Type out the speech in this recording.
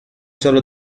solo